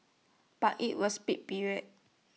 but IT was peak period